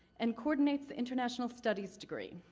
and coordinates the international studies degree.